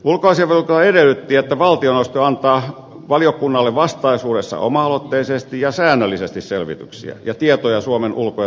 ulkoasiainvaliokunta edellytti että valtioneuvosto antaa valiokunnalle vastaisuudessa oma aloitteisesti ja säännöllisesti selvityksiä ja tietoja suomen ulko ja turvallisuuspolitiikasta